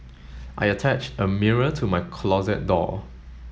I attached a mirror to my closet door